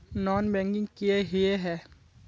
Non banking किए हिये है?